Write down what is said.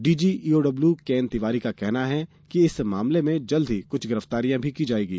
DG EOW KN Tiwari का कहना है कि इस मामले में जल्द ही कुछ गिरफ्तारियां भी की जाएंगी